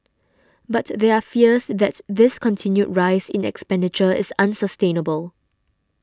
but there are fears that this continued rise in expenditure is unsustainable